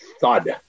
thud